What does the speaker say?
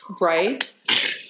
Right